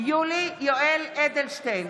יולי יואל אדלשטיין,